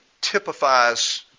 typifies